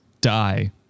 die